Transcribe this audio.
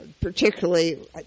particularly